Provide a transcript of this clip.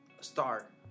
start